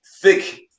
thick